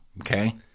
Okay